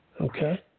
Okay